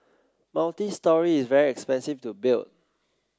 multistory is very expensive to build